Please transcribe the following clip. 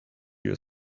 you